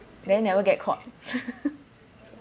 then never get caught